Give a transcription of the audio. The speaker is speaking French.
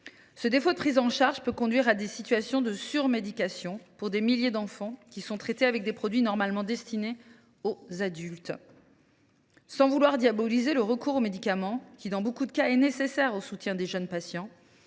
Ce défaut de prise en charge peut conduire à des situations de surmédication pour des milliers d’enfants, qui sont traités avec des produits normalement destinés aux adultes. Sans vouloir diaboliser le recours aux médicaments, qui, dans nombre de cas, est nécessaire pour soutenir les jeunes patients,